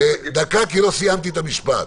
דקה, כי לא סיימתי את המשפט.